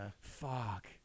fuck